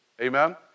Amen